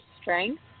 strength